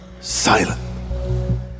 silent